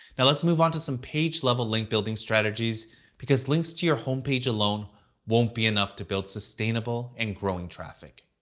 now, let's move onto some page-level link building strategies because links to your homepage alone won't be enough to build sustainable and growing traffic.